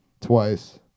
Twice